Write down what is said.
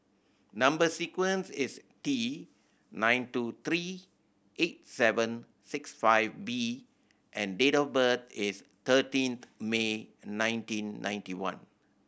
number sequence is T nine two three eight seven six five B and date of birth is thirteen May nineteen ninety one